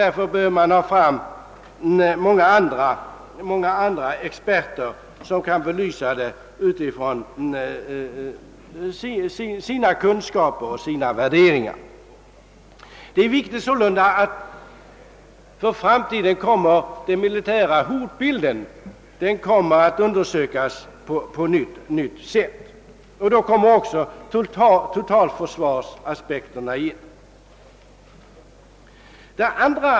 Därför bör många andra experter få tillfälle att belysa frågorna med utgångspunkt från sina kunskaper och värderingar. Det är sålunda viktigt att den militära hotbilden för framtiden kommer att undersökas på nytt. Då kommer också totalförsvarsaspekterna in i bilden.